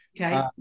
Okay